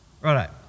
right